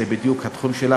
זה בדיוק התחום שלך.